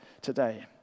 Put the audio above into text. today